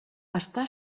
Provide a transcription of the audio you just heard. està